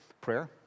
prayer